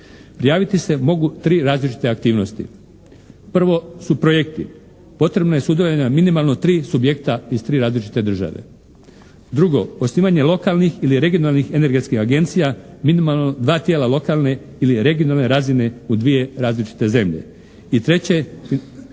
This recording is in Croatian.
Javiti se mogu tri različite aktivnosti. Prvo su projekti. Potrebno je sudjelovanje minimalno tri subjekta iz tri različite države. Drugo, osnivanje lokalnih ili regionalnih energetskih agencija minimalno dva tijela lokalne ili regionalne razine u dvije različite zemlje. I treće,